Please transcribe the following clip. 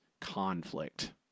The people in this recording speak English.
Conflict